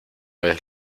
vez